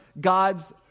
God's